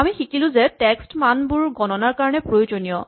আমি শিকিলো যে টেক্স্ট মানবোৰ গণনাৰ কাৰণে প্ৰয়োজনীয়